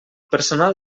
personal